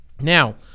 Now